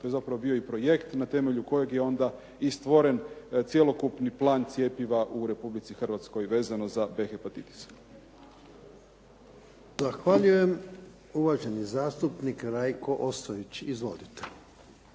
To je zapravo bio i projekt na temelju kojeg je onda i stvoren cjelokupni plan cjepiva u Republici Hrvatskoj, vezano za B hepatitis. **Jarnjak, Ivan (HDZ)** Zahvaljujem. Uvaženi zastupnik Rajko Ostojić. Izvolite.